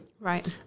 Right